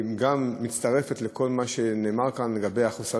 והיא מצטרפת לכל מה שנאמר כאן על החוסרים